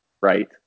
right